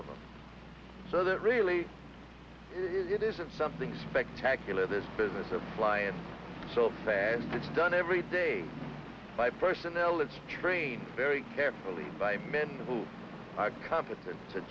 of them so that really it isn't something spectacular this business appliance so fast it's done every day by personnel it's trained very carefully by men who are competent to